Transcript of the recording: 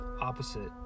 opposite